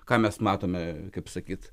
ką mes matome kaip sakyt